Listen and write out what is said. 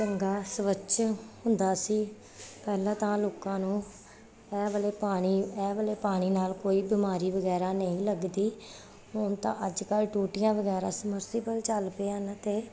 ਚੰਗਾ ਸਵੱਛ ਹੁੰਦਾ ਸੀ ਪਹਿਲਾਂ ਤਾਂ ਲੋਕਾਂ ਨੂੰ ਇਹ ਵਾਲੇ ਪਾਣੀ ਇਹ ਵਾਲੇ ਪਾਣੀ ਨਾਲ ਕੋਈ ਬਿਮਾਰੀ ਵਗੈਰਾ ਨਹੀਂ ਲੱਗਦੀ ਹੁਣ ਤਾਂ ਅੱਜ ਕੱਲ੍ਹ ਟੂਟੀਆਂ ਵਗੈਰਾ ਸਮਰਸੀਬਲ ਚੱਲ ਪਏ ਹਨ ਅਤੇ